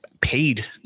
paid